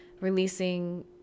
releasing